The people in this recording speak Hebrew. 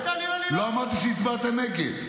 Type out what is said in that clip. לא אמרתי שהצבעת נגד.